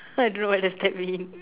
I don't know what does that mean